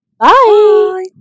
Bye